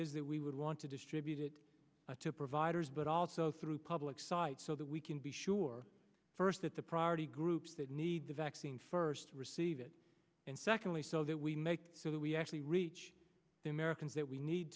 is that we would want to distribute it to providers but also through public site so that we can be sure first that the priority groups that need the vaccine first receive it and secondly so that we make sure that we actually reach the americans that we need